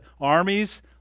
armies